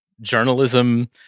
journalism